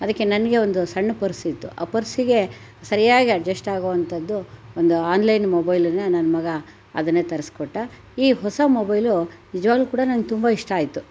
ಅದಕ್ಕೆ ನನಗೆ ಒಂದು ಸಣ್ಣ ಪರ್ಸ್ ಇತ್ತು ಆ ಪರ್ಸಿಗೆ ಸರಿಯಾಗಿ ಅಡ್ಜಸ್ಟ್ ಆಗೋವಂಥದ್ದು ಒಂದು ಆನ್ಲೈನ್ ಮೊಬೈಲನ್ನು ನನ್ನ ಮಗ ಅದನ್ನೇ ತರ್ಸಿಕೊಟ್ಟ ಈ ಹೊಸ ಮೊಬೈಲು ನಿಜವಾಗ್ಲೂ ಕೂಡ ನಂಗೆ ತುಂಬ ಇಷ್ಟ ಆಯಿತು